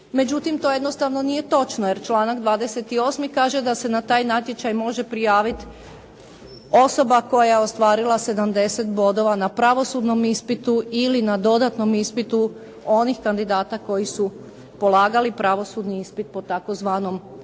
Međutim, to jednostavno nije točno jer članak 28. kaže da se na taj natječaj može prijaviti osoba koja je ostvarila 70 bodova na pravosudnom ispitu ili na dodatnom ispitu onih kandidata koji su polagali pravosudni ispit po tzv.